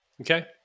Okay